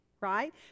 Right